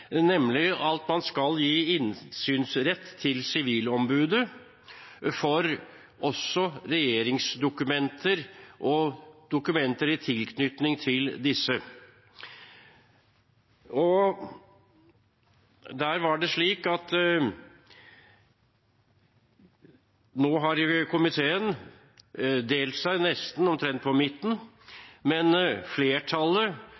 at man skal gi innsynsrett til Sivilombudet også for regjeringsdokumenter og dokumenter i tilknytning til disse. Nå har komiteen delt seg omtrent på